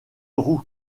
drew